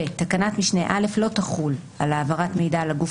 תקנת משנה (א) לא תחול על העברת מידע לגוף